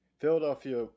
Philadelphia